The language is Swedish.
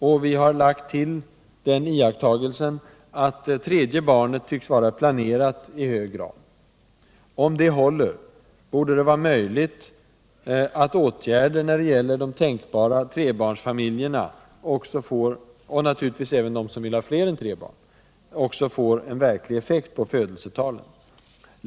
Och vi har lagt till den iakttagelsen att tredje barnet tycks vara planerat i hög grad. Om detta håller, borde det vara möjligt att åtgärder när det gäller de tänkbara trebarnsfamiljerna — naturligtvis även de som vill ha fler än tre barn — också får verklig effekt på födelsetalen.